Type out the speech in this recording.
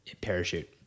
Parachute